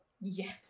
Yes